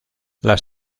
las